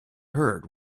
heard